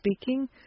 Speaking